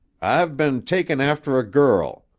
i've been takin' after a girl.